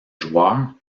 joueur